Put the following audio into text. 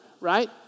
right